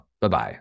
Bye-bye